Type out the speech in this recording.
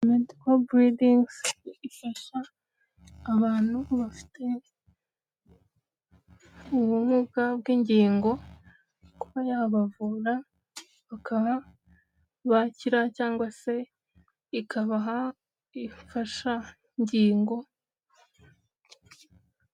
Mediko buridingizi ifasha abantu bafite ubumuga bw'ingingo kuba yabavura bakaba bakira cyangwa se ikabaha ifashangingo.